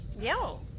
Yo